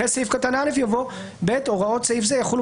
אחרי סעיף קטן (א) יבוא: (ב) הוראות סעיף זה יחולו